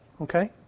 okay